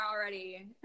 already